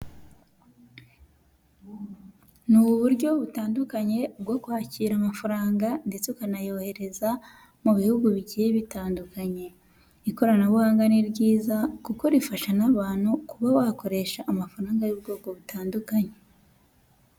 Ni uburyo butandukanye bwo kwakira amafaranga ndetse ukanayohereza mu bihugu bike bitandukanye, ikoranabuhanga ni ryiza kuko rifasha n'abantu, kuba bakoresha amafaranga y'ubwoko butandukanye.